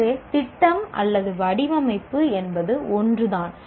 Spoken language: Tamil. எனவே திட்டம் அல்லது வடிமைப்பு என்பது ஒன்று தான்